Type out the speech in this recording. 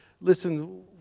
listen